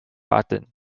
button